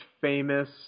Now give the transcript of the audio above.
famous